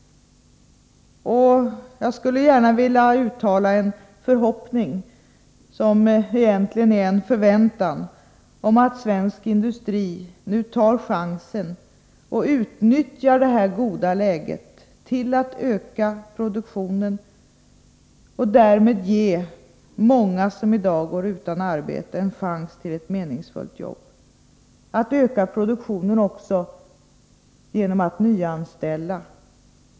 Jag skulle gärna vilja uttala en förhoppning, som egentligen är en förväntan, om att svensk industri nu tar chansen och utnyttjar det här goda läget till att öka produktionen och därmed ge många som i dag går utan arbete en chans till ett meningsfullt jobb, att öka produktionen också genom att nyanställa.